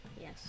Yes